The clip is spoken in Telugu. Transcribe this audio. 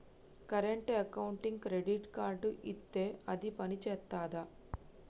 కరెంట్ అకౌంట్కి క్రెడిట్ కార్డ్ ఇత్తే అది పని చేత్తదా?